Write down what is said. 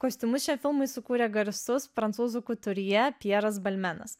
kostiumus šiam filmui sukūrė garsus prancūzų kuturjė pjeras balmenas